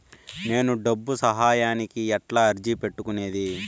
నేను డబ్బు సహాయానికి ఎట్లా అర్జీ పెట్టుకునేది?